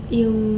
yung